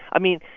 i mean,